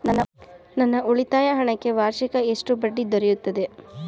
ನನ್ನ ಉಳಿತಾಯ ಹಣಕ್ಕೆ ವಾರ್ಷಿಕ ಎಷ್ಟು ಬಡ್ಡಿ ದೊರೆಯುತ್ತದೆ?